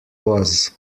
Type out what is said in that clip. was